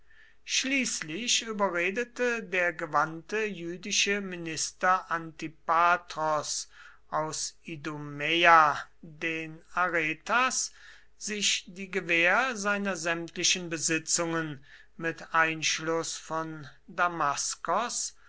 schließlich überredete der gewandte jüdische minister antipatros aus idumäa den aretas sich die gewähr seiner sämtlichen besitzungen mit einschluß von damaskos